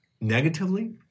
negatively